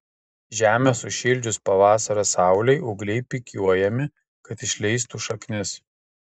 žemę sušildžius pavasario saulei ūgliai pikiuojami kad išleistų šaknis